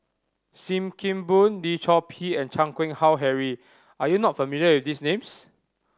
Sim Kee Boon Lim Chor Pee and Chan Keng Howe Harry are you not familiar with these names